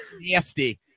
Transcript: Nasty